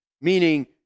meaning